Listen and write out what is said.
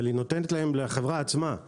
אבל היא נותנת להם לחברה עצמה,